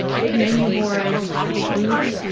big menu board, plastic booths,